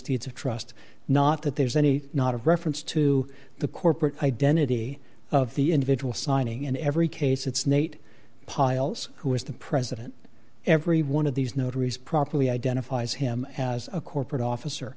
deeds of trust not that there's any not of reference to the corporate identity of the individual signing in every case it's nate piles who is the president every one of these notaries properly identifies him as a corporate officer